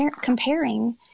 comparing